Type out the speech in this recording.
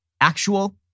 actual